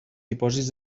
dipòsits